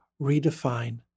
redefine